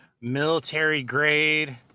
military-grade